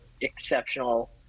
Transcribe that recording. exceptional